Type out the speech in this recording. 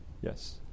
Yes